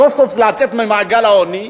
סוף-סוף לצאת ממעגל העוני,